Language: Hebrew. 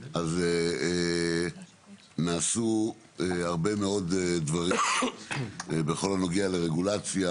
אז נעשו הרבה מאוד דברים בכל הנוגע לרגולציה,